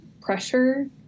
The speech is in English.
pressure